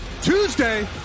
Tuesday